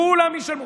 כולם ישלמו.